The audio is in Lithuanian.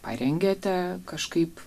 parengėte kažkaip